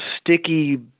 sticky